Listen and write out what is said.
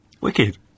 Wicked